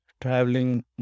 traveling